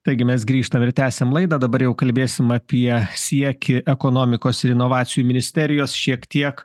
taigi mes grįžtam ir tęsiam laidą dabar jau kalbėsim apie siekį ekonomikos ir inovacijų ministerijos šiek tiek